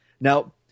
now